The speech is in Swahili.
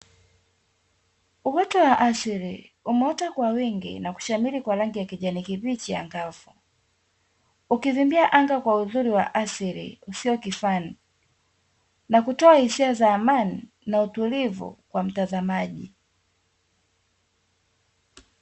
Uoto wa asili umeota kwa wingi na kushamiri kwa rangi ya kijani kibichi angavu, ukivimbia anga kwa uzuri wa asili usio kifani, na kutoa hisia za amani na utulivu kwa mtazamaji.